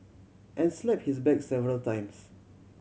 and slap his back several times